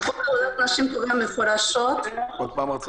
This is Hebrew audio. --- לגבי עובדת